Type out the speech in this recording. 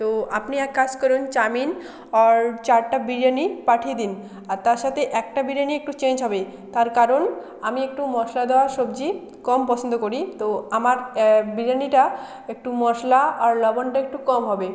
তো আপনি এক কাজ করুন চাউমিন অর চারটা বিরিয়ানি পাঠিয়ে দিন আর তার সাথে একটা বিরিয়ানি একটু চেঞ্জ হবে তার কারণ আমি একটু মশলা দেওয়া সবজি কম পছন্দ করি তো আমার বিরিয়ানিটা একটু মশলা আর লবনটা একটু কম হবে